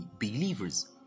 believers